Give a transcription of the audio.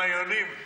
עם היונים.